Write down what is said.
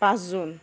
পাঁচ জুন